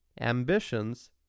ambitions